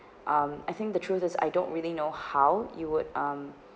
um I think the truth is I don't really know how you would um